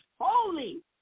holy